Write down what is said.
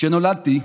כשנולדתי,